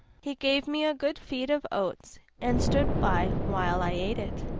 he gave me a good feed of oats and stood by while i ate it,